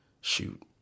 Shoot